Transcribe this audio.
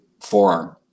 forearm